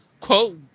quote